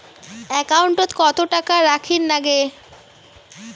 একাউন্টত কত টাকা রাখীর নাগে?